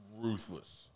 ruthless